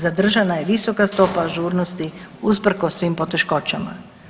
Zadržana je visoka stopa ažurnosti usprkos svim poteškoćama.